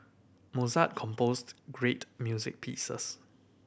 Mozart composed great music pieces